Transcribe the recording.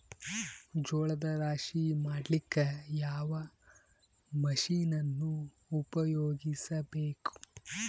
ಜೋಳದ ರಾಶಿ ಮಾಡ್ಲಿಕ್ಕ ಯಾವ ಮಷೀನನ್ನು ಉಪಯೋಗಿಸಬೇಕು?